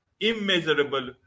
immeasurable